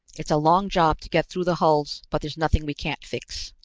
it's a long job to get through the hulls, but there's nothing we can't fix.